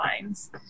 lines